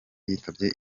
yitabye